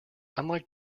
unlike